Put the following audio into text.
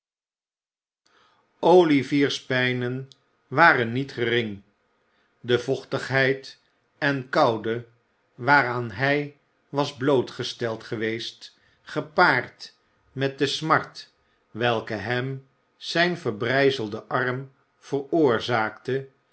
olivier's pijnen waren niet gering de vochtigheid en koude waaraan hij was blootgesteld geweest gepaard met de smart welke hem zijn verbrijzelde arm veroorzaakte